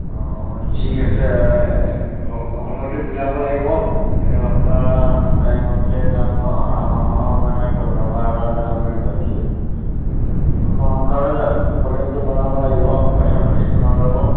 অঁ ঠিক আছে সময়টো মিলাব লাগিব আপোনাৰ টাইমতে যাম অহা মাহৰ মানে বন্ধ বাৰ এটাতে যাম বুলি ভাবিছোঁ প্ৰগ্ৰেমটো বনাব লাগিব পইচা পাতি কিমান ল'ব